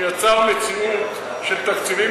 שיצר מציאות של תקציבים